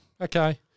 Okay